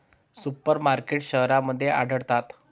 super markets शहरांमध्ये आढळतात